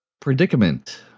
predicament